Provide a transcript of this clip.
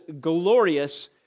glorious